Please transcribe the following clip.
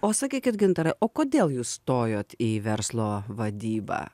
o sakykit gintarai o kodėl jūs stojot į verslo vadybą